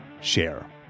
share